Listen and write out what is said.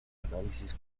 análisis